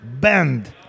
band